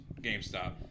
GameStop